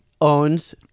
owns